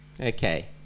Okay